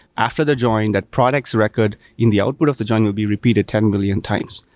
after the join, that product's record in the output of the join will be repeated ten million times.